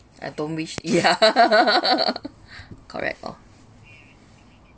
I don't wish ya correct lor